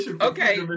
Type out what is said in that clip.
okay